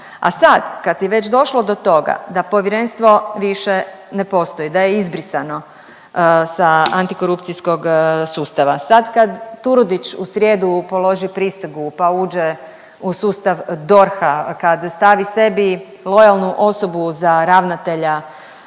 A sad kad je već došlo do toga da Povjerenstvo više ne postoji, da je izbrisano sa antikorupcijskog sustava, sad kad Turudić u srijedu položi prisegu, pa uđe u sustav DORH-a, kad stavi sebi lojalnu osobu za ravnatelja